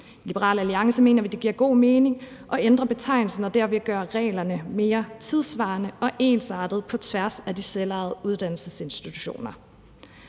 I Liberal Alliance mener vi, at det giver god mening at ændre betegnelsen og derved gøre reglerne mere tidssvarende og ensartede på tværs af de selvejende uddannelsesinstitutioner.